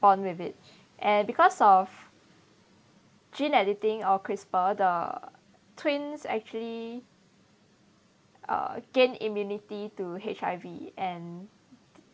born with it and because of gene editing or crisper the twins actually uh gain immunity to H_I_V and